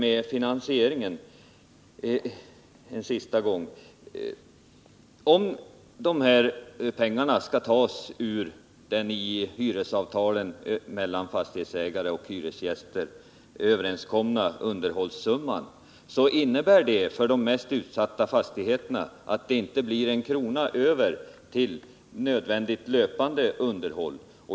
Så finansieringsfrågan en sista gång: Om pengarna skall tas från den i hyresavtalen mellan fastighetsägare och hyresgäster överenskomna underhållssumman, så innebär det att det i fråga om de mesta utsatta fastigheterna inte blir en krona över till nödvändigt, löpande underhåll.